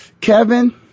Kevin